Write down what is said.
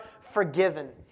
forgiven